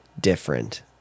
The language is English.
different